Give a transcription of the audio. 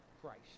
Christ